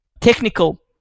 technical